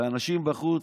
והאנשים בחוץ,